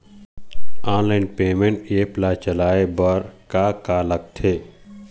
Online payment apps ला चलाए बार का का लगथे?